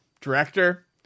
director